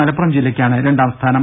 മലപ്പുറം ജില്ലക്കാണ് രണ്ടാം സ്ഥാനം